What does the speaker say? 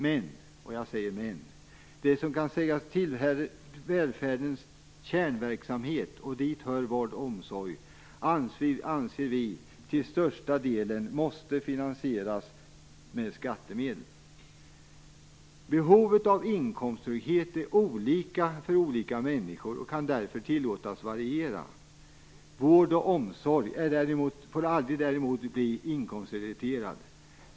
Men det som kan sägas tillhöra välfärdens kärnverksamhet, och dit hör vård och omsorg, måste, anser vi, till största delen finansieras med skattemedel. Behovet av inkomsttrygghet är olika för olika människor och kan därför tillåtas variera. Vård och omsorg får däremot aldrig bli inkomstrelaterat.